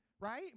right